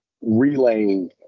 relaying